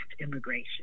Immigration